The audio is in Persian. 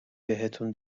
بهتون